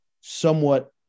somewhat